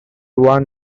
one